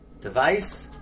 device